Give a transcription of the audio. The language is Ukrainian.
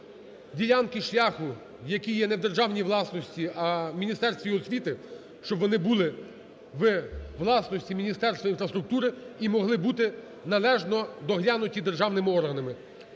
ділянки шляху, які є не в державній власності, а в Міністерстві освіти, щоб вони були у власності Міністерства інфраструктури і могли бути належно доглянуті державними органами.